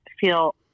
feel